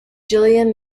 gillian